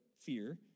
fear